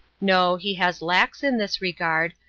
no, he has lacks in this regard,